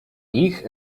ich